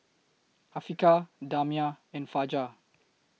Afiqah Damia and Fajar